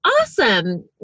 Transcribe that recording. Awesome